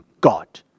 God